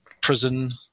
prison